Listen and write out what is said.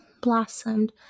blossomed